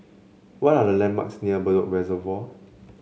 what are the landmarks near Bedok Reservoir